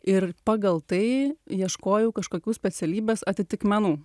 ir pagal tai ieškojau kažkokių specialybės atitikmenų